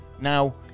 now